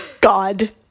God